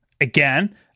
again